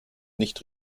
nicht